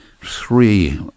three